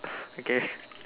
okay